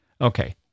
Okay